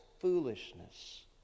foolishness